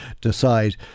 decide